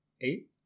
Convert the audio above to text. Eight